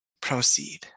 Proceed